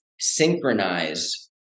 synchronize